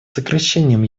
сокращением